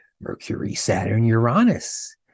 Mercury-Saturn-Uranus